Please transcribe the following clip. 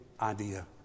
idea